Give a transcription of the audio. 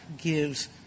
gives –